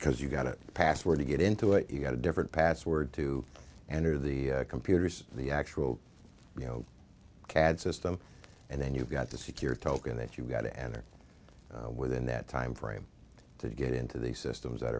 because you got a password to get into it you get a different password to enter the computers the actual you know cad system and then you've got to secure token that you've got to enter within that timeframe to get into the systems that